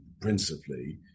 principally